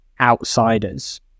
outsiders